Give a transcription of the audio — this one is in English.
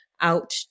out